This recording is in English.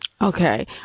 Okay